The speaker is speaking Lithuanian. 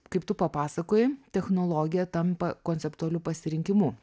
kaip tu papasakojai technologija tampa konceptualiu pasirinkimu